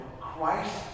Christ